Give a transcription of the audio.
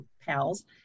pals